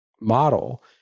model